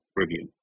review